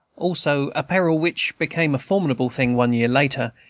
also a peril which became a formidable thing, one year later,